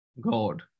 God